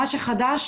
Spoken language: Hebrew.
מה שחדש